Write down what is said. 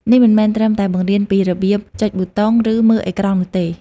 នេះមិនមែនត្រឹមតែបង្រៀនពីរបៀបចុចប៊ូតុង ឬមើលអេក្រង់នោះទេ។